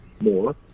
more